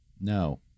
no